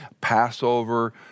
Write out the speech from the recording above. Passover